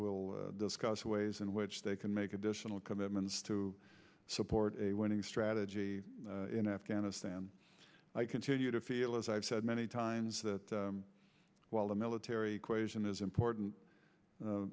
will discuss ways in which they can make additional commitments to support a winning strategy in afghanistan i continue to feel as i've said many times that while the military equation is important